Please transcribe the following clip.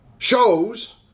shows